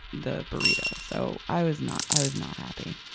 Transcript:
the burrito. so, i was not, i was not happy.